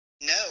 No